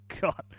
God